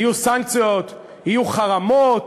יהיו סנקציות, יהיו חרמות.